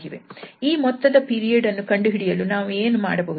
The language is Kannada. ಈ ಮೊತ್ತದ ಪೀರಿಯಡ್ ಅನ್ನು ಕಂಡು ಹಿಡಿಯಲು ನಾವು ಏನು ಮಾಡಬಹುದು